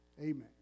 Amen